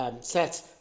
sets